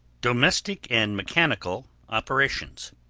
domestic and mechanical operations.